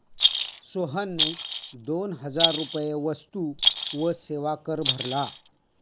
सोहनने दोन हजार रुपये वस्तू व सेवा कर भरला